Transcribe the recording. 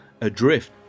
Adrift